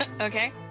Okay